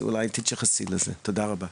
אז אני אשמח שאולי תתייחסי לזה, תודה רבה.